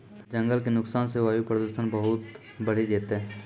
जंगल के नुकसान सॅ वायु प्रदूषण बहुत बढ़ी जैतै